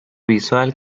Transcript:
visual